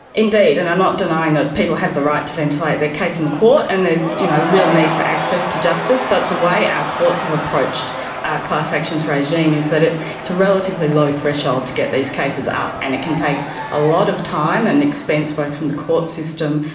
indeed, and i'm not denying that people have the right to ventilate their case in the court, and there's you know a real need for access to justice. but the way our courts have approached our class actions regime is that it's a relatively low threshold to get these cases up, and it can take a lot of time and expense both from the court system,